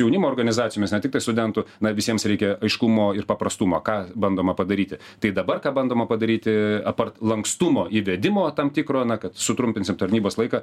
jaunimo organizacijomis ne tiktai studentų na visiems reikia aiškumo ir paprastumo ką bandoma padaryti tai dabar ką bandoma padaryti apart lankstumo įvedimo tam tikro na kad sutrumpinsim tarnybos laiką